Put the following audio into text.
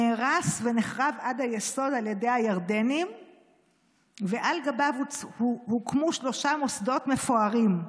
נהרס ונחרב עד היסוד על ידי הירדנים ועליו הוקמו שלושה מוסדות מפוארים: